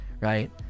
right